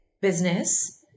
business